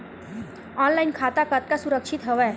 Online खाता कतका सुरक्षित हवय?